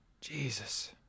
Jesus